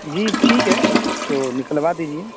جی ٹھیک ہے تو نکلوا دیجیے